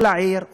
או לעיר,